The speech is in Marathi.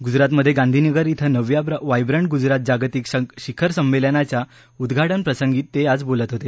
गुजरातमध्ये गांधीनगर श्वे नवव्या वायव्रंट गुजरात जागतिक शिखर संमेलनाच्या उद्घाटनप्रसंगी ते आज बोलत होते